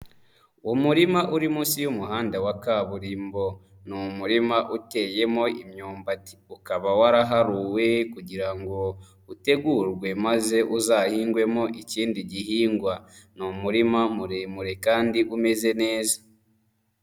Umurima uri munsi y'umuhanda wa kaburimbo, ni umurima uteyemo imyumbati, ukaba waraharuwe kugira ngo utegurwe maze uzahingwemo ikindi gihingwa, ni umurima muremure kandi umeze neza.